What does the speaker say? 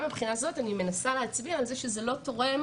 גם מבחינה זו אני מנסה להצביע על זה שזה לא תורם